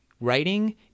writing